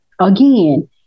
Again